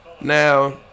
Now